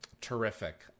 Terrific